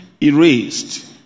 erased